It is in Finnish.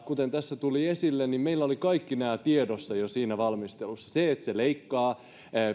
kuten tässä tuli esille niin meillä olivat kaikki nämä tiedossa jo siinä valmistelussa se leikkaa